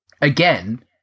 again